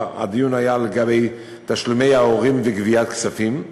הדיון היה לגבי תשלומי ההורים וגביית כספים,